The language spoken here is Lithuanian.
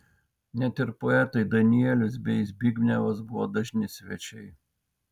net ir poetai danielius bei zbignevas buvo dažni svečiai